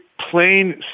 plain